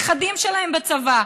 הנכדים שלהם בצבא?